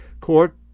court